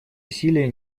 усилия